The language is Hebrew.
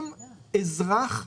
אם אזרח,